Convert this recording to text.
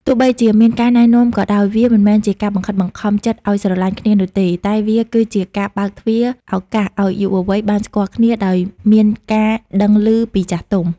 ទោះបីជាមានការណែនាំក៏ដោយ វាមិនមែនជាការបង្ខិតបង្ខំចិត្តឱ្យស្រឡាញ់គ្នានោះទេ តែវាគឺជាការបើកទ្វារឱកាសឱ្យយុវវ័យបានស្គាល់គ្នាដោយមានការដឹងឮពីចាស់ទុំ។